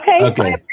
okay